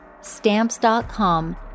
Stamps.com